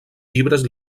llibres